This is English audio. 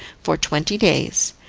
for twenty days,